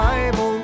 Bible